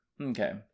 okay